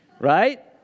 Right